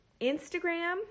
Instagram